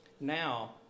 now